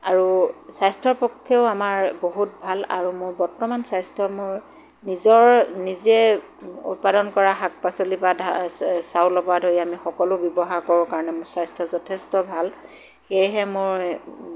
আৰু স্বাস্থ্যৰ পক্ষেও আমাৰ বহুত ভাল আৰু মোৰ বৰ্তমান স্বাস্থ্য মোৰ নিজৰ নিজে উৎপাদন কৰা শাক পাচলি পৰা ধা চাউল পৰা ধৰি আমি সকলো ব্যৱহাৰ কৰোঁ কাৰণে মোৰ স্বাস্থ্য যথেষ্ট ভাল সেয়েহে মই